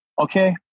okay